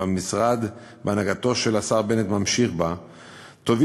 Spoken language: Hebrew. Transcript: והמשרד בהנהגתו של השר בנט ממשיך בה,